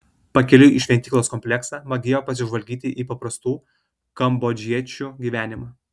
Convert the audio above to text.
pakeliui į šventyklos kompleksą magėjo pasižvalgyti į paprastų kambodžiečių gyvenimą